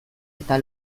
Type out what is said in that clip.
eta